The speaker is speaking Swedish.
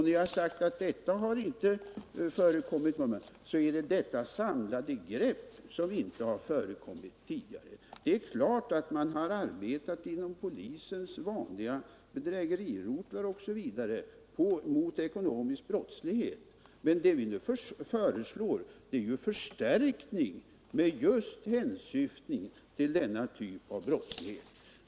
När jag sade att detta inte har förekommit tidigare, så avsåg jag att det är detta samlade grepp som inte har förekommit tidigare. Det är klart att man har arbetat inom polisens vanliga bedrägerirotlar osv. mot ekonomisk brottslighet. Men det vi nu föreslår är ju förstärkning i syfte att bekämpa denna typ av brottslighet.